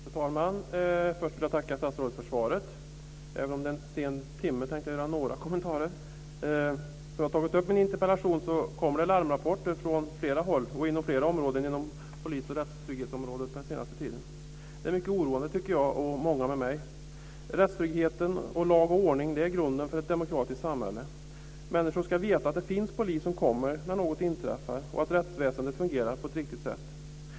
Fru talman! Först vill jag tacka statsrådet för svaret. Även om det är en sen timme så tänkte jag göra några kommentarer. Som jag har tagit upp i min interpellation så har det kommit larmrapporter från flera håll och inom flera områden inom polis och rättstrygghetsområdet under den senaste tiden. Det är mycket oroande tycker jag och många med mig. Rättstryggheten och lag och ordning är grunden för ett demokratiskt samhälle. Människor ska veta att det finns polis som kommer när något inträffar och att rättsväsendet fungerar på ett riktigt sätt.